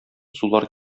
сулар